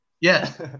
Yes